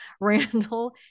Randall